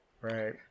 Right